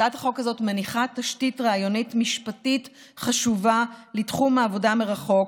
הצעת החוק הזאת מניחה תשתית רעיונית-משפטית חשובה לתחום העבודה מרחוק,